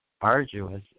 arduous